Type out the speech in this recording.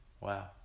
Wow